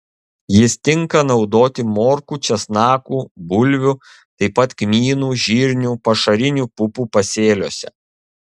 jis tinka naudoti morkų česnakų bulvių taip pat kmynų žirnių pašarinių pupų pasėliuose